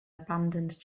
abandoned